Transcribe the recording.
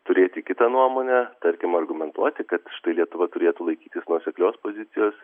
turėti kitą nuomonę tarkim argumentuoti kad lietuva turėtų laikytis nuoseklios pozicijos